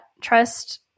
Trust